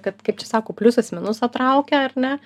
kad kaip čia sako pliusas minusą traukia ar ne